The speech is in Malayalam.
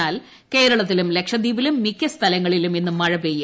എന്നാൽ കേരള ത്തിലുംലക്ഷദ്വീപിലും മിക്ക സ്ഥലങ്ങളിലും ഇന്ന് മഴ പെയ്യും